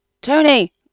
Tony